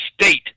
state